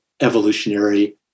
evolutionary